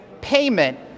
payment